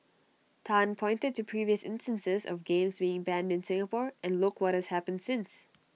Tan pointed to previous instances of games being banned in Singapore and look what has happened since